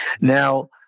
Now